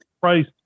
price